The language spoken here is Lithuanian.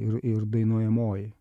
ir ir dainuojamoji